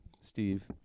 Steve